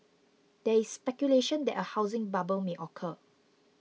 there is speculation that a housing bubble may occur